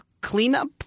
cleanup